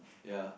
ya